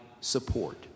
support